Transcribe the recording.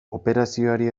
operazioari